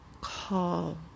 Call